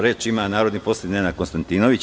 Reč ima narodni poslanik Nenad Konstantinović.